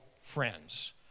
friends